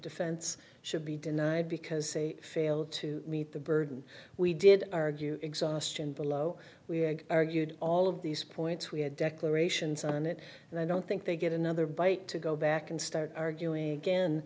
defense should be denied because a fail to meet the burden we did argue exhaustion below we argued all of these points we had declarations on it and i don't think they get another bite to go back and start arguing again